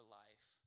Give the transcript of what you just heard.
life